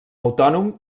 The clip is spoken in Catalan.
autònom